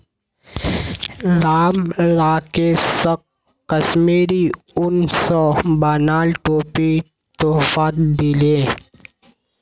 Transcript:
राम राकेशक कश्मीरी उन स बनाल टोपी तोहफात दीले